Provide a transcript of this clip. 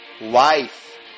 Life